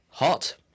Hot